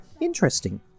Interesting